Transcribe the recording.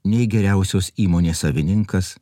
nei geriausios įmonės savininkas